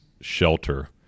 shelter